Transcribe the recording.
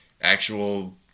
actual